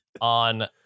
on